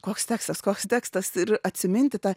koks tekstas koks tekstas ir atsiminti tą